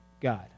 God